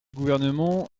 gouvernement